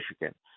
Michigan